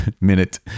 minute